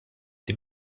die